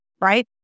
right